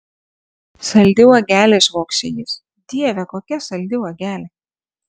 saldi uogelė švokščia jis dieve kokia saldi uogelė